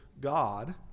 God